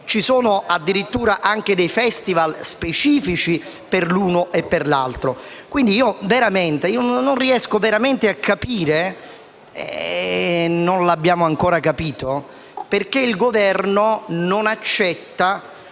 ci sono addirittura anche dei *festival* specifici per l'uno e per l'altro. Quindi non riesco veramente a capire - e non l'abbiamo ancora capito - perché il Governo non accetti